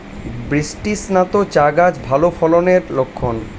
বৃষ্টিস্নাত চা গাছ ভালো ফলনের লক্ষন